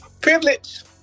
Privilege